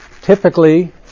Typically